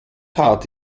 hart